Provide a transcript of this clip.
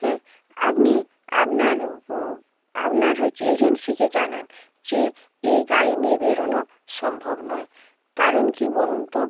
হ্যাঁ আপনি আপনার আপনার হচ্ছে এজেন্সিকে জানান যে এই গাড়ি নিয়ে বেরোনো সম্ভব নয় কারণ কি বলুন তো